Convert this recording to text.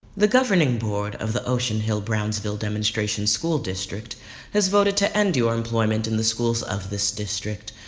the governing board of the ocean hill-brownsville demonstration school district has voted to end your employment in the schools of this district.